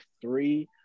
three